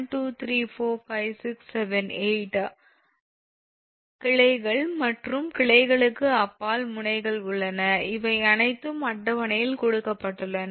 7 கிளைகள் மற்றும் கிளைகளுக்கு அப்பால் முனைகள் உள்ளன இவை அனைத்தும் அட்டவணையில் கொடுக்கப்பட்டுள்ளன